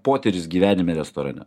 potyris gyvenime restorane